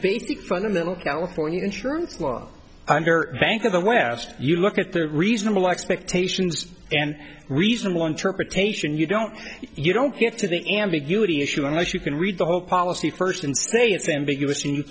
basic fundamental california insurance law under the bank of the west you look at the reasonable expectations and reasonable interpretation you don't you don't get to the ambiguity issue unless you can read the whole policy first and say it's ambiguous